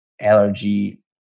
allergy